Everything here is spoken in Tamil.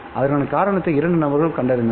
அதற்கான காரணத்தை இரண்டு நபர்கள் கண்டறிந்தனர்